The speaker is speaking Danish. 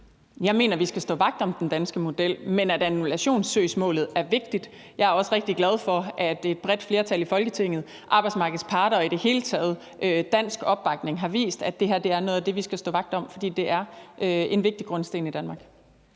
Jeg mener, vi skal stå vagt om den danske model, men at annullationssøgsmålet er vigtigt. Jeg er også rigtig glad for, at et bredt flertal i Folketinget, arbejdsmarkedets parter og i det hele taget dansk opbakning har vist, at det her er noget af det, vi skal stå vagt om, for det er en vigtig grundsten i Danmark.